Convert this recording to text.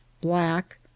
black